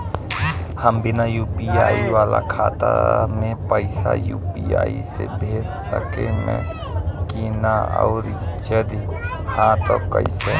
हम बिना यू.पी.आई वाला खाता मे पैसा यू.पी.आई से भेज सकेम की ना और जदि हाँ त कईसे?